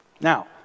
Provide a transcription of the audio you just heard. Now